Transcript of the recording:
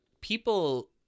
people